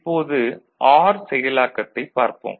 இப்போது ஆர் செயலாக்கத்தைப் பார்ப்போம்